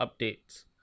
updates